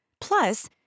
Plus